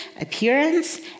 appearance